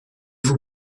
vous